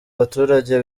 baturage